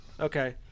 Okay